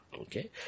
Okay